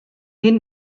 hyn